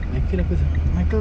main kira apa sia